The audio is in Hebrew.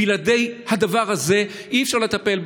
בלעדי הדבר הזה אי-אפשר לטפל.